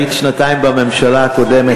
היית שנתיים בממשלה הקודמת,